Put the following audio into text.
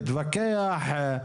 להתווכח,